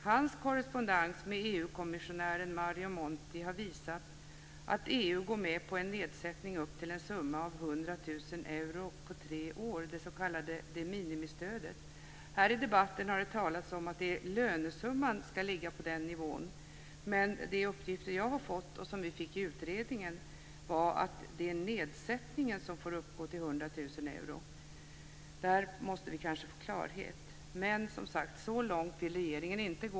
Hans korrespondens med EU-kommissionären Mario Monti har visat att EU går med på en nedsättning upp till en summa av Här i debatten har det talats om att lönesumman ska ligga på den nivån, men enligt de uppgifter som jag och utredningen har fått är det nedsättningen som får uppgå till 100 000 euro. Där måste vi kanske få klarhet. Men, som sagt, så långt vill inte regeringen gå.